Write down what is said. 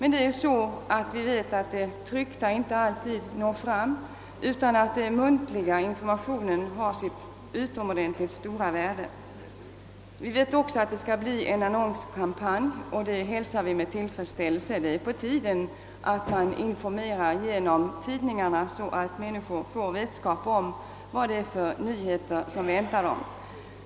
Nu vet vi emellertid att det tryckta ordet inte alltid når fram, utan att den muntliga informationen också har sitt utomordentligt stora värde. Det skall ju bli en annonskampanj, och det hälsar vi med tillfredsställelse. Det är på tiden att man genom tidningarna informerar människorna om vad det är för nyheter som väntar dem.